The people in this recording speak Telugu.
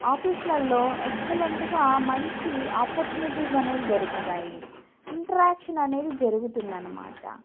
ఆఫీసులలో ఎక్సలెంట్గా మంచి ఆపర్చునిటీస్ అనేవి దొరుకుతాయి ఇంటరాక్షన్ అనేది జరుగుతుంది అన్నమాట